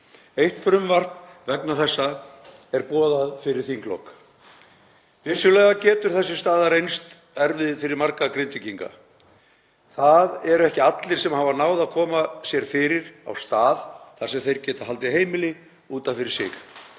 Eitt frumvarp vegna þessa er boðað fyrir þinglok. Vissulega getur þessi staða reynst erfið fyrir marga Grindvíkinga. Það eru ekki allir sem hafa náð að koma sér fyrir á stað þar sem þeir geta haldið heimili út af fyrir sig.